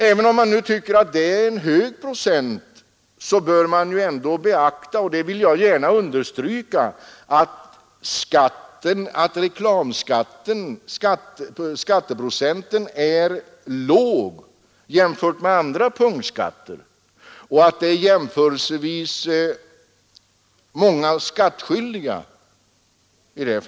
Även om man nu tycker att det är en hög procentsats bör man ändå beakta — och det vill jag gärna understryka — att den om man jämför med andra punktskatter är låg och att reklamskatten berör jämförelsevis många skattskyldiga.